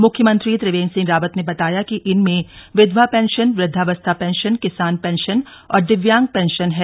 मुख्यमंत्री त्रिवेंद्र सिंह रावत ने बताया कि इनमें विधवा पेंशन वृद्धावस्था पेंशन किसान पेंशन और दिव्यांग पेंशन है